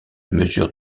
mesures